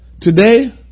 Today